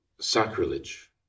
sacrilege